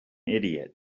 idiot